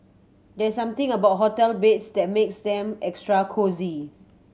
there's something about hotel beds that makes them extra cosy